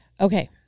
okay